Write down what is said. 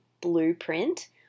blueprint